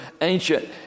ancient